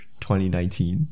2019